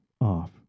off